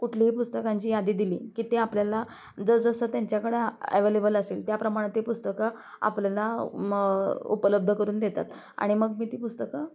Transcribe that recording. कुठलीही पुस्तकांची यादी दिली की ते आपल्याला जसं त्यांच्याकडं ॲवेलेबल असेल त्याप्रमाण ते पुस्तकं आपल्याला म उपलब्ध करून देतात आणि मग मी ती पुस्तकं